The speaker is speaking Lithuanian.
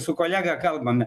su kolega kalbame